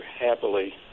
happily